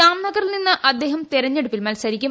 ജാംനഗറിൽ നിന്ന് അദ്ദേഹം തിരഞ്ഞെടുപ്പിൽ മത്സരിക്കും